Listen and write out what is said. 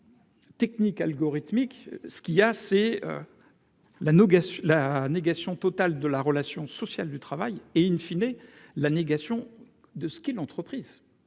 Technique algorithmique ce qui a c'est. La Noga sur la négation totale de la relation sociale du travail et in fine et la négation de ce qu'est l'entreprise